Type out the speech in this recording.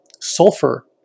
sulfur